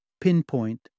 Pinpoint